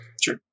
Sure